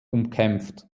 umkämpft